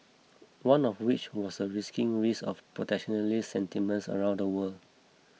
one of which was the risking of protectionist sentiments around the world